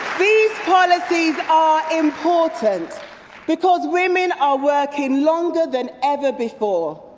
these policies are important because women are working longer than ever before.